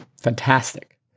fantastic